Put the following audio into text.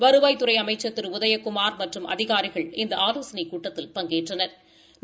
வருவாய்த்துறை அமைச்சா் திரு உதயகுமார் மற்றும் அதிகாரிகள் இந்த ஆலோசளைக் கூட்டத்தில் பங்கேற்றனா்